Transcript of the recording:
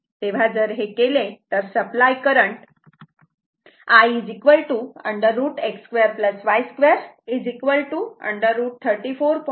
तेव्हा जर हे केले तर हे supply current I √ x2 y 2 √34